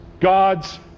god's